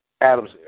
Adam's